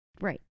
Right